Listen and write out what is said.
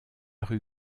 rue